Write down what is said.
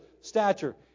stature